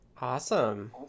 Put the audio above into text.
Awesome